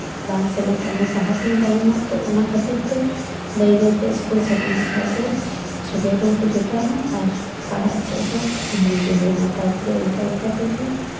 ᱵᱟᱝ ᱥᱮᱱ ᱞᱮᱱᱠᱷᱟᱡ ᱢᱟ ᱯᱟᱲᱦᱟᱜ ᱠᱷᱚᱱ ᱤᱧ ᱛᱟᱭᱱᱚᱢᱚᱜ ᱛᱳ ᱚᱱᱟ ᱠᱷᱟᱹᱛᱤᱨ ᱛᱮ ᱵᱟᱹᱭ ᱵᱟᱹᱭᱛᱮ ᱤᱥᱠᱩᱞ ᱥᱮᱱᱚᱜ ᱦᱩᱭᱩᱜ ᱠᱷᱟᱡ ᱫᱚ ᱥᱚᱸᱜᱮ ᱠᱚᱠᱚ ᱡᱚᱴᱟᱣᱱᱟ ᱟᱨ ᱯᱟᱲᱦᱟᱜ ᱥᱮᱜ ᱦᱚᱸ ᱵᱷᱟᱹᱜᱤ ᱜᱮ ᱦᱩᱭᱱᱟ ᱛᱟᱨᱯᱚᱨᱮ ᱤᱱᱠᱟ ᱤᱱᱠᱟ ᱛᱮᱜᱮ